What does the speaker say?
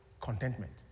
Contentment